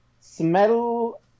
smell